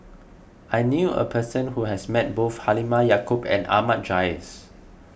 I knew a person who has met both Halimah Yacob and Ahmad Jais